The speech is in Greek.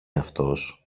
αυτός